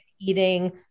eating